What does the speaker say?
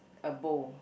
a bow